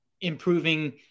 improving